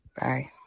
bye